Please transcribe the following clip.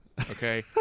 okay